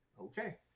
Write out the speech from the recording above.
Okay